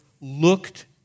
looked